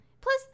Plus